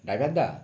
ড্রাইভারদা